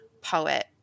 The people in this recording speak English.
poet